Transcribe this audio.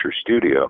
studio